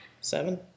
seven